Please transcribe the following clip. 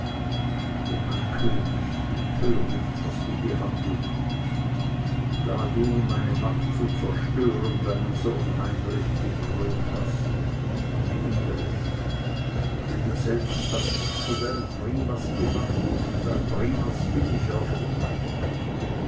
o mein könig wie töricht hast du gehandelt da du meine macht zu zerstören deinen sohn heinrich gekrönt hast und wie ungerecht denn du selbst hast mich zu deinem primas gemacht und dein primas bin ich auf immer